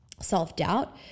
self-doubt